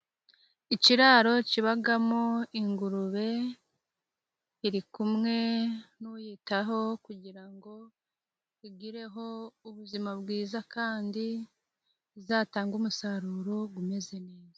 Ikiraro kibagamo ingurube iri kumwe n'uyitaho kugirango igireho ubuzima bwiza kandi izatange umusaruro gumeze neza.